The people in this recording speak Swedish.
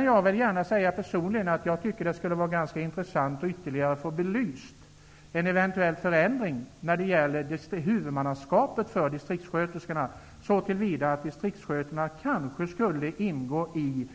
Jag kan säga att jag personligen tycker att det skulle vara ganska intressant att ytterligare få belyst en eventuell förändring när det gäller huvudmannaskapet för distriktssköterskorna så till vida att distriktssköterskorna kanske skulle ingå i